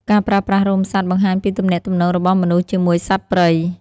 ការប្រើប្រាស់រោមសត្វបង្ហាញពីទំនាក់ទំនងរបស់មនុស្សជាមួយសត្វព្រៃ។